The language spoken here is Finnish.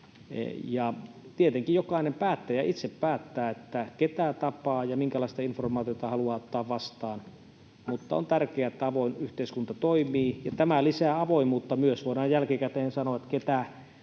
tietenkin jokainen päättäjä itse päättää, ketä tapaa ja minkälaista informaatiota haluaa ottaa vastaan. Mutta on tärkeää, että avoin yhteiskunta toimii, ja tämä myös lisää avoimuutta. Voidaan jälkikäteen sanoa, ketkä ovat